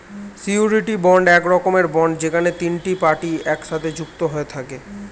surety bond এক রকমের bond যেখানে তিনটে পার্টি একসাথে যুক্ত হয়ে থাকে